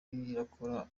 irakora